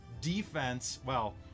defense—well